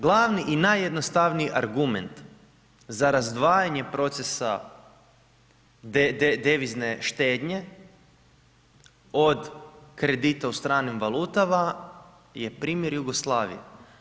Glavni i najjednostavniji argument za razdvajanje procesa devizne štednje od kredita u stranim valutama je primjer Jugoslavije.